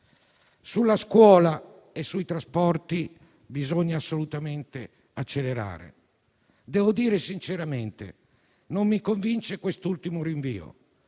Sulla scuola e sui trasporti bisogna assolutamente accelerare. Sinceramente non mi convince quest'ultimo rinvio;